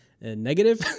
negative